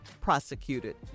prosecuted